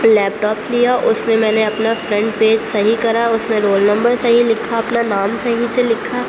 لیپ top لیا اس میں میں نے اپنا فرنٹ پیج صحیح کرا اس میں رول نمبر صحیح لکھا اپنا نام صحیح سے لکھا